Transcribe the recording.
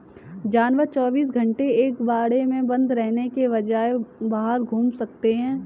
जानवर चौबीस घंटे एक बाड़े में बंद रहने के बजाय बाहर घूम सकते है